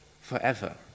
forever